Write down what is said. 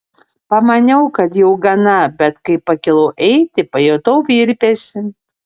pamaniau kad jau gana bet kai pakilau eiti pajutau virpesį